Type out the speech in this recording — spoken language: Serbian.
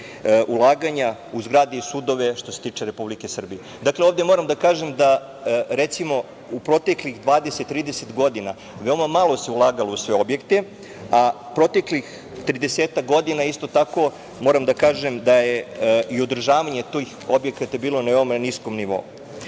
ulaganja u zgrade i sudove što se tiče Republike Srbije. Ovde moram da kažem da, recimo, u proteklih 20, 30 godina veoma malo se ulagalo u sve objekte, a u proteklih tridesetak godina isto tako, moram da kažem, da je i održavanje tih objekata bilo na veoma niskom nivou.